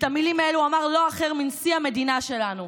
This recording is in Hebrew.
את המילים האלה אמר לא אחר מנשיא המדינה שלנו,